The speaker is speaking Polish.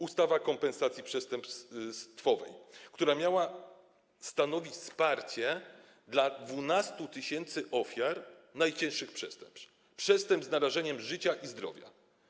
Ustawa kompensacji przestępstwowej, która miała stanowić wsparcie dla 12 tys. ofiar najcięższych przestępstw, przestępstw związanych z narażeniem życia i zdrowia.